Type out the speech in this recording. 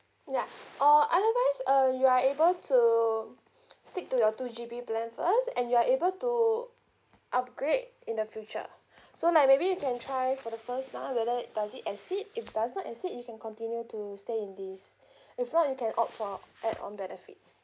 yeah or otherwise um you are able to stick to your two G_B plan first and you are able to upgrade in the future so like maybe you can try for the first month whether does it exceed if it does not exceed you can continue to stay in this if not you can opt for add-on benefits